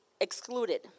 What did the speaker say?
excluded